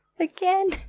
Again